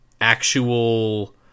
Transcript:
actual